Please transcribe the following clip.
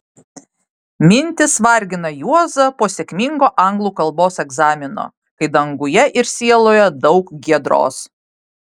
mintys vargina juozą po sėkmingo anglų kalbos egzamino kai danguje ir sieloje daug giedros